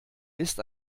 des